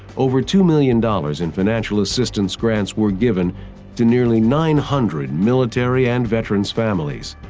over two million dollars in financial assistance grants were given to nearly nine hundred military and veterans families.